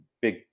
Big